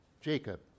Jacob